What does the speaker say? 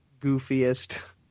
goofiest